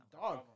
dog